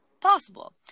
possible